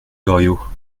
goriot